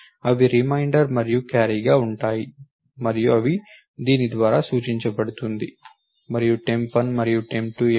అవి రిమైండర్ మరియు క్యారీగా ఉంటాయి మరియు దీని ద్వారా సూచించబడుతుంది మరియు టెంప్ 1 మరియు టెంప్ 2 ఏమిటి